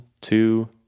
two